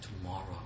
tomorrow